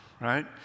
right